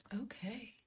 okay